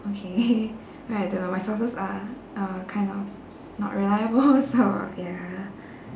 okay right though my sources are uh kind of not reliable so ya